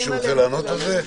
מישהו רוצה לענות על זה?